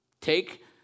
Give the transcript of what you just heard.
Take